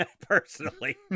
personally